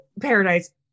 paradise